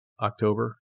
October